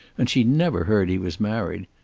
and she never heard he was married.